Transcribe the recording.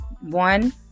One-